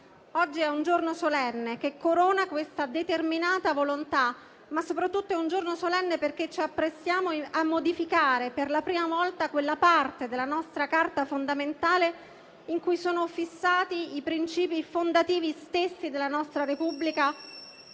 Oggi è un giorno solenne che corona questa determinata volontà, ma soprattutto è un giorno solenne perché ci apprestiamo a modificare per la prima volta quella parte della nostra Carta fondamentale in cui sono fissati i principi fondativi stessi della nostra Repubblica